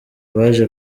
baje